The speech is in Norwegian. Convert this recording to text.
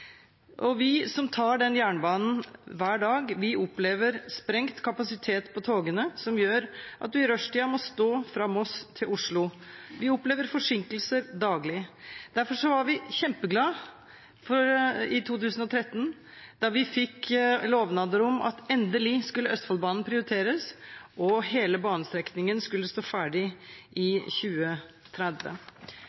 Europa. Vi som tar den jernbanen hver dag, opplever sprengt kapasitet på togene, som gjør at man i rushtiden må stå fra Moss til Oslo. Vi opplever forsinkelser daglig. Derfor var vi kjempeglade da vi i 2013 fikk lovnader om at Østfoldbanen endelig skulle prioriteres, og at hele banestrekningen skulle stå ferdig i